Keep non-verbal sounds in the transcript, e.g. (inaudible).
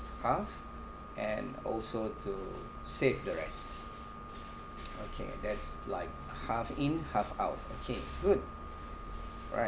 half and also to save the rest (noise) okay that's like half in half out okay good all right